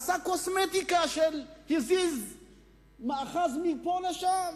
עשה קוסמטיקה, הזיז מאחז מפה לשם.